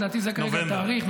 לדעתי זה כרגע התאריך.